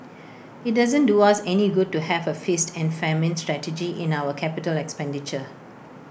IT doesn't do us any good to have A feast and famine strategy in our capital expenditure